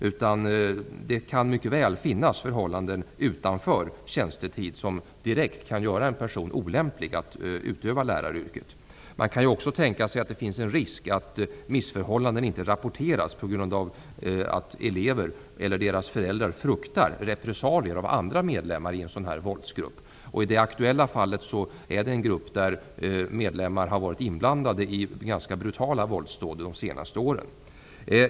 Det kan alltså mycket väl finnas förhållanden utanför tjänstetid som direkt kan göra en person olämplig att utöva läraryrket. Det kan ju också tänkas att risken finns att missförhållanden inte rapporteras på grund av att elever eller deras föräldrar fruktar repressalier från andra medlemmar i en sådan här våldsgrupp. I det aktuella fallet gäller det en grupp med medlemmar som varit inblandade i ganska brutala våldsdåd under de senaste åren.